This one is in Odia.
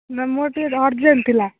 ନା ମୋର ଟିକେ ଅର୍ଜେଣ୍ଟ୍ ଥିଲା